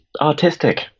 artistic